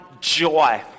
joy